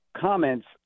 comments